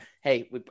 Hey